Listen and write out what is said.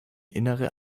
innere